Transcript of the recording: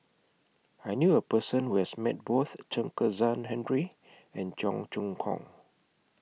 I knew A Person Who has Met Both Chen Kezhan Henri and Cheong Choong Kong